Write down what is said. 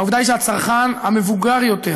העובדה היא שהצרכן המבוגר יותר,